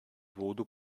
voodoo